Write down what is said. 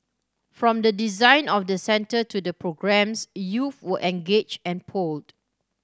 from the design of the centre to the programmes youth were engaged and polled